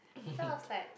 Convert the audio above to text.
sounds like